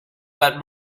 but